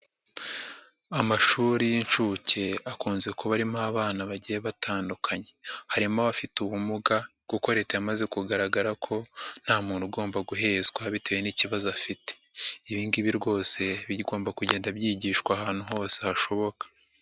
Amashuri y'inshuke akunze kuba arimo abana bagiye batandukanye harimo abafite ubumuga kuko Leta yamaze kugaragara ko nta muntu ugomba guhezwa bitewe n'ikibazo afite. Ibi ngibi rwose bigomba kugenda byigishwa ahantu hose hashoboka.